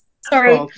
sorry